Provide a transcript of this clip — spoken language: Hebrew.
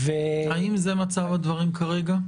האם זה מצב הדברים כרגע?